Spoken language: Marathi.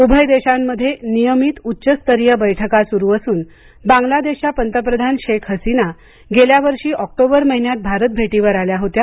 उभय देशांमध्ये नियमित उच्च स्तरीय बैठका सुरु असून बांगलादेशच्या पंतप्रधान शेख हसीना गेल्या वर्षी ऑक्टोबर महिन्यात भारतभेटीवर आल्या होत्या